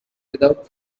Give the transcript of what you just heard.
without